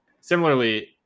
Similarly